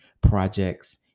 projects